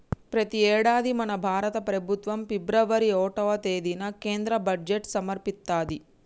ప్రతి యేడాది మన భారత ప్రభుత్వం ఫిబ్రవరి ఓటవ తేదిన కేంద్ర బడ్జెట్ సమర్పిత్తది